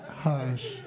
Hush